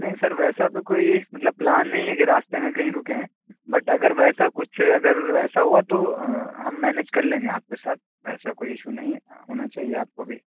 نہیں سر ویسا تو کوئی مطلب پلان نہیں ہے کہ راستے میں کہیں رکیں بٹ اگر ویسا کچھ اگر ویسا ہوا تو ہم مینیج کر لیں گے آپ کے ساتھ ایسا کوئی ایشو نہیں ہونا چاہیے آپ کو بھی